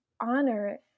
honor